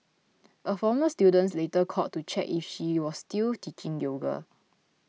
a former student later called to check if she was still teaching yoga